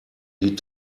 die